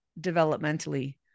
developmentally